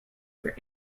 for